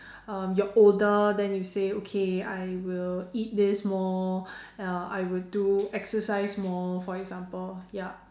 um you're older then you say okay I will eat this more uh I will do exercise more for example yup